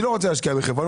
אני לא רוצה להשקיע בחברה.